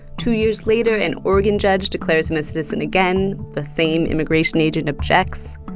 two years later an oregon judge declares him a citizen again. the same immigration agent objects.